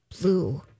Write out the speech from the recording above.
blue